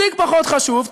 תיק פחות חשוב,